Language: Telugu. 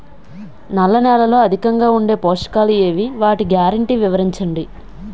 నల్ల నేలలో అధికంగా ఉండే పోషకాలు ఏవి? వాటి గ్యారంటీ వివరించండి?